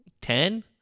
Ten